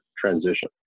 transition